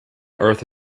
earth